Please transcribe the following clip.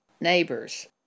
neighbors